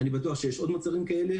אני בטוח שיש עוד מוצרים כאלה,